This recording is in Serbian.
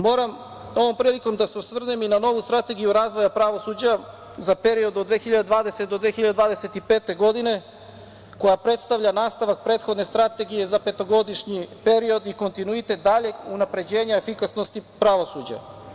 Moram ovom prilikom da se osvrnem i na novu strategiju razvoja pravosuđa za period od 2020. do 2025. godine koja predstavlja nastavak prethodne strategije za petogodišnji period i kontinuitet daljeg unapređenja efikasnosti pravosuđa.